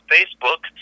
Facebook